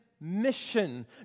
mission